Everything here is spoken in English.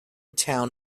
town